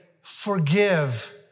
forgive